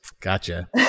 Gotcha